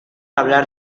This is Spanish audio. hablar